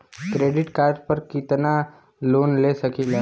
Credit card पर कितनालोन ले सकीला?